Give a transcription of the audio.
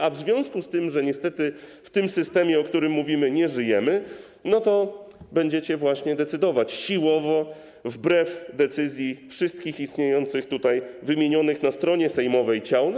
A w związku z tym, że niestety w systemie, o którym mówimy, nie żyjemy, będziecie właśnie decydować siłowo, wbrew decyzji wszystkich istniejących tutaj, wymienionych na stronie sejmowej, ciał.